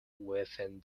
within